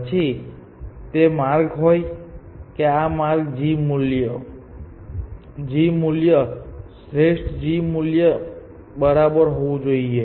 પછી તે માર્ગ હોય કે આ માર્ગ g મૂલ્ય શ્રેષ્ઠ g મૂલ્ય બરાબર હોવું જોઈએ